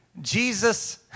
Jesus